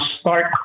start